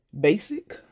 basic